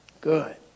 Good